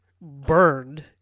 burned